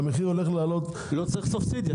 המחיר הולך לעלות --- לא צריך סובסידיה,